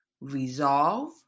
resolve